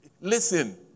Listen